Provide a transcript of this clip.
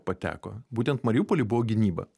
pateko būtent mariupoly buvo gynyba